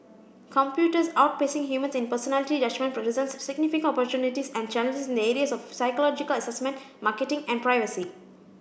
computers outpacing humans in personality judgement presents significant opportunities and challenges in the areas of psychological assessment marketing and privacy